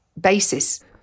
basis